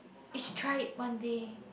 is try it one day